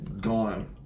Gone